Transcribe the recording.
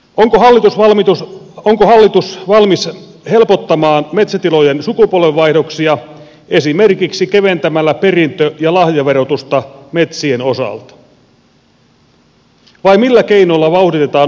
onko hallitus valmis helpottamaan metsätilojen sukupolvenvaihdoksia esimerkiksi keventämällä perintö ja lahjaverotusta metsien osalta vai millä keinoilla vauhditetaan omistajavaihdoksia